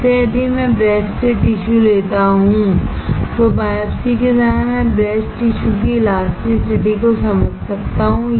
इसलिए यदि मैं ब्रेस्ट से टिशू लेता हूं तो बायोप्सी के दौरान मैं ब्रेस्ट टिशू की इलास्टिसिटी को समझ सकता हूं